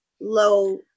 low